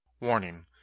Warning